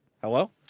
Hello